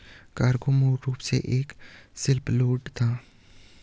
cargo मूल रूप से एक शिपलोड था